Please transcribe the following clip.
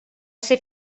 ser